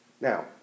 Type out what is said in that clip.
Now